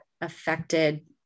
affected